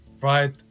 right